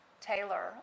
Taylor